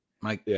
Mike